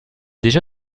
déjà